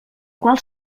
qual